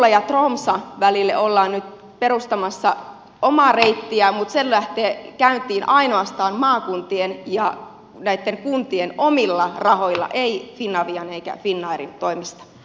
oululuulajatromssa välille ollaan nyt perustamassa omaa reittiä mutta se lähtee käyntiin ainoastaan maakuntien ja näitten kuntien omilla rahoilla ei finavian eikä finnairin toimesta